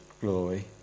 glory